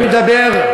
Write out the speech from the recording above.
חבר הכנסת נסים זאב.